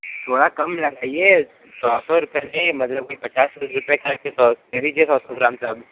थोड़ा कम लगाइए सौ सौ रुपए नहीं मतलब की पचास रुपए करके कर दीजिए सौ सौ ग्राम सब